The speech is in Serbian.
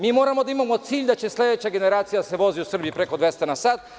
Mi moramo da imamo cilj da će se sledeća generacija da se vozi u Srbiji preko 200 na sat.